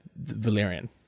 Valerian